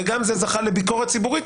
וגם זה זכה לביקורת ציבורית,